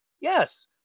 Yes